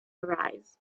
arise